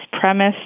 premise